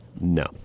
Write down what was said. No